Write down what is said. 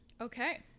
Okay